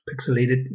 pixelated